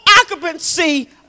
occupancy